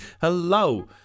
hello